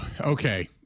Okay